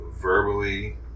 verbally